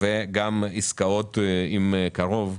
עסקאות עם קרוב,